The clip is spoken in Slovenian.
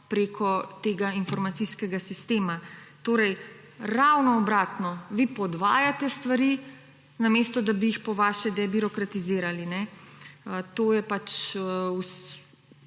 preko tega informacijskega sistema. Torej ravno obratno, vi podvajate stvari, namesto da bi jih po vaše debirokratizirali. To je pač